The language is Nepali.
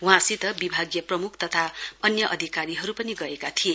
वहाँसित विभगीय प्रमुख तथा अन्य अधिकारीहरु पनि गएका थिए